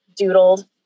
doodled